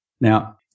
Now